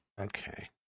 Okay